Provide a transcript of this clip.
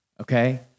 okay